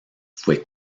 fue